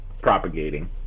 propagating